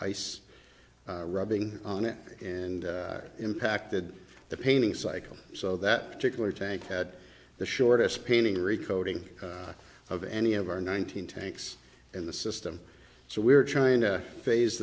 ice rubbing on it and it impacted the painting cycle so that particular tank had the shortest painting recoating of any of our nine hundred tanks in the system so we're trying to phase